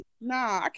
no